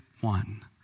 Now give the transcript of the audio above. one